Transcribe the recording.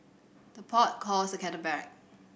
the pot calls the kettle black